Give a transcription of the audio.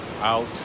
out